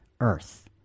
Earth